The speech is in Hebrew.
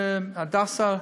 הדסה,